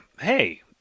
hey